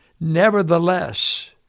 Nevertheless